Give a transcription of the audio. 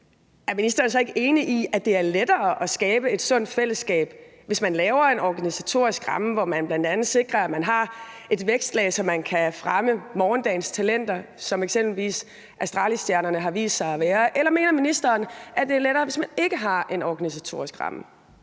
Er ministeren så ikke enig i, at det er lettere at skabe et sundt fællesskab, hvis man laver en organisatorisk ramme, hvor man bl.a. sikrer, at man har et vækstlag, så man kan fremme morgendagens talenter, som eksempelvis Astralisstjernerne har vist sig at være, eller mener ministeren, at det er lettere, hvis man ikke har en organisatorisk ramme?